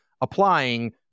applying